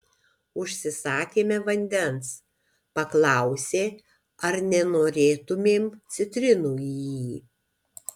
užsisakėme vandens paklausė ar nenorėtumėm citrinų į jį